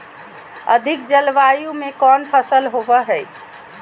अधिक जलवायु में कौन फसल होबो है?